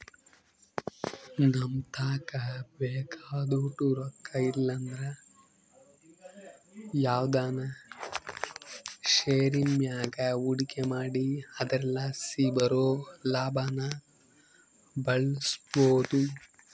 ನಮತಾಕ ಬೇಕಾದೋಟು ರೊಕ್ಕ ಇಲ್ಲಂದ್ರ ನಾವು ಯಾವ್ದನ ಷೇರಿನ್ ಮ್ಯಾಗ ಹೂಡಿಕೆ ಮಾಡಿ ಅದರಲಾಸಿ ಬರೋ ಲಾಭಾನ ಬಳಸ್ಬೋದು